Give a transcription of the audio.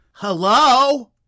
Hello